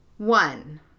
One